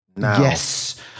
yes